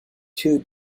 two